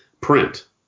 print